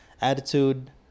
attitude